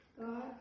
God